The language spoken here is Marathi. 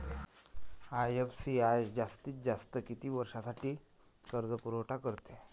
आय.एफ.सी.आय जास्तीत जास्त किती वर्षासाठी कर्जपुरवठा करते?